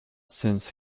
since